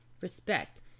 respect